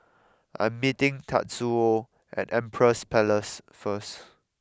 I am meeting Tatsuo at Empress Palace first